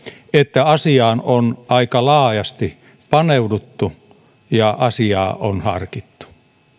että asiaan on aika laajasti paneuduttu ja asiaa on harkittu